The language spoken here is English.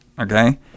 Okay